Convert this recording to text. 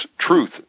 truth